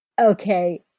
Okay